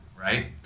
Right